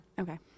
Okay